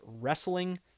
wrestling